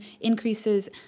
increases